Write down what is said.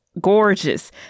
gorgeous